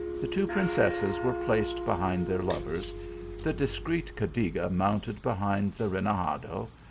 the two princesses were placed behind their lovers the discreet cadiga mounted behind the renegade,